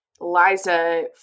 Liza